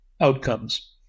outcomes